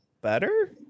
better